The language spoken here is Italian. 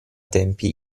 tempi